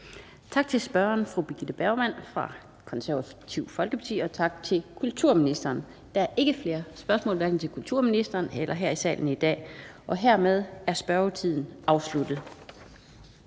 Tak til spørgeren, fru Birgitte Bergman, fra Det Konservative Folkeparti, og tak til kulturministeren. Der er ikke flere spørgsmål, hverken til kulturministeren eller andre her i salen i dag. Hermed er spørgetiden afsluttet.